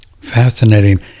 Fascinating